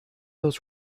those